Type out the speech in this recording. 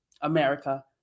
America